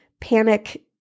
panic